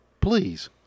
Please